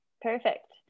Perfect